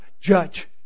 judge